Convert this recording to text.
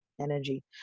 Energy